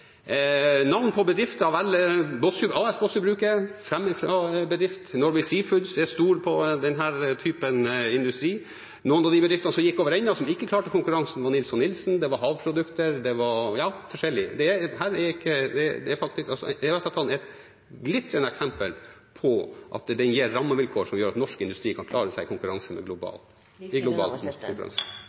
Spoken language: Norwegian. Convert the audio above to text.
navn på bedrifter, har vi Båtsfjord AS, Båtsfjordbruket er en framifrå bedrift, og Norway Seafoods er stor på denne typen industri. Noen av de bedriftene som gikk over ende, som ikke klarte konkurransen, var Nils H. Nilsen, det var Havprodukter og forskjellige. EØS-avtalen er et glitrende eksempel på at det gir rammevilkår som gjør at norsk industri kan klare seg i global konkurranse.